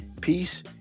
Peace